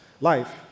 life